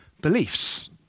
beliefs